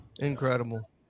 Incredible